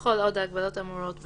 וכל עוד ההגבלות האמורות בתוקף,